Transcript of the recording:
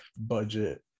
budget